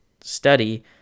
study